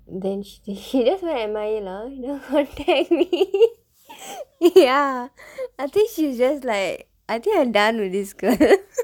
then she just she just where am I lah ya I think she's just like I think I'm done with this girl